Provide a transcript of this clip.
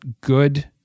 good